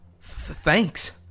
Thanks